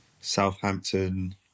Southampton